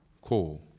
cool